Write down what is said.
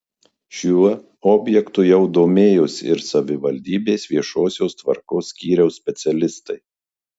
šiuo objektu jau domėjosi ir savivaldybės viešosios tvarkos skyriaus specialistai